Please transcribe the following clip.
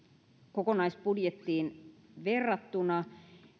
kokonaisbudjettiin verrattuna